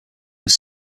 was